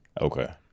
Okay